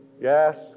Yes